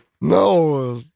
No